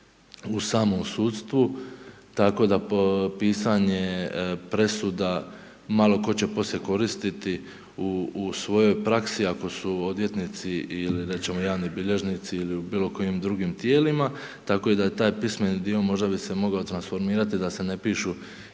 u samom sudstvu, tako da pisanje presuda, malo tko će poslije koristiti u svojoj praksi ako su odvjetnici ili da recimo javni bilježnici ili u bilo kojim drugim tijelima. Tako da je taj pismeni dio, možda bi se mogao transformirati da se ne pišu